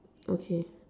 okay